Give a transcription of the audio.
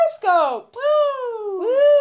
horoscopes